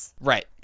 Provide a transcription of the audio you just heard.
right